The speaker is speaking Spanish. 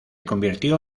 convirtió